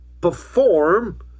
perform